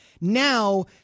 Now